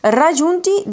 raggiunti